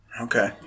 Okay